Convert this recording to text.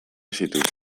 zituzten